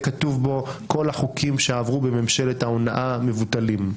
כתובים בו כול החוקים שעברו בממשלת ההונאה מבוטלים,